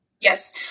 Yes